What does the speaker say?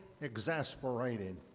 exasperated